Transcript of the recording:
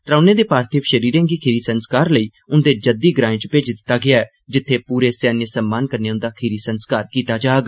त्रोने दे पार्थिव षरीरे गी खीरी संस्कार लेई उन्दे जद्दी ग्रां भेजी दिता गेआ ऐ जित्थे पूरे सैन्य सम्मान कन्नै उन्दा खीरी संस्कार कीता जाग